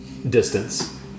Distance